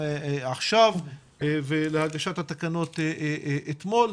ולהגשת התקנות אתמול,